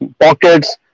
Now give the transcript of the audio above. pockets